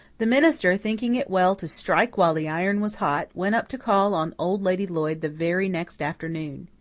the minister, thinking it well to strike while the iron was hot, went up to call on old lady lloyd the very next afternoon.